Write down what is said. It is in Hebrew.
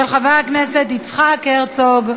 של חבר הכנסת יצחק הרצוג.